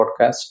podcast